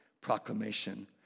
proclamation